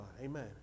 Amen